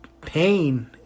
pain